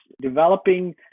developing